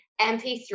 mp3